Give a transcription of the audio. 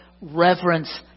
reverence